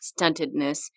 stuntedness